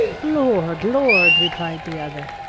lord! lord! replied the other,